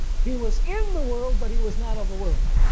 he was in the world, but he was not of the world.